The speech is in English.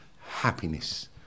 happiness